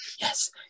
yes